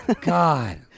God